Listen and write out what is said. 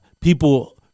people